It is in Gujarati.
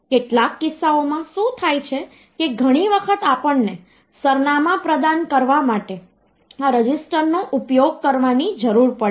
કેટલાક કિસ્સાઓમાં શું થાય છે કે ઘણી વખત આપણને સરનામાં પ્રદાન કરવા માટે આ રજિસ્ટરનો ઉપયોગ કરવાની જરૂર પડે છે